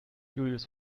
julius